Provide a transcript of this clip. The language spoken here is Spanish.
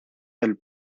del